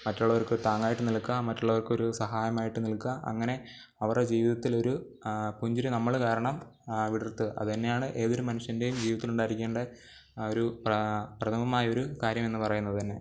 മറ്റുള്ളവർക്കൊരു താങ്ങായിട്ട് നിൽക്കാൻ മറ്റുള്ളവർക്കൊരു സഹായമായിട്ട് നിൽക്കാൻ അങ്ങനെ അവരുടെ ജീവിതത്തിലൊരു പുഞ്ചിരി നമ്മൾ കാരണം വിടർത്തുക അതു തന്നെയാണ് ഏതൊരു മനുഷ്യൻ്റെയും ജീവിതത്തിലുണ്ടായിരിക്കേണ്ട ആ ഒരു പ്രാ പ്രഥമമായൊരു കാര്യമെന്നു പറയുന്നതു തന്നെ